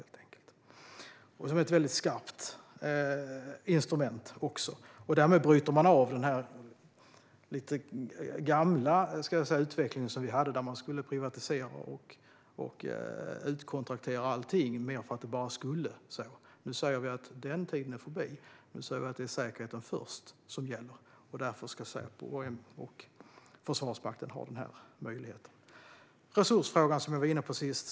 Detta är ett väldigt skarpt instrument varmed man bryter av den tidigare utvecklingen, där man skulle privatisera och utkontraktera allting, mest för att det skulle vara så. Nu säger vi att den tiden är förbi. Nu säger vi att det är säkerheten först som gäller, och därför ska Säpo och Försvarsmakten ha denna möjlighet. Resursfrågan var jag inne på senast.